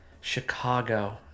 Chicago